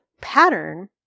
pattern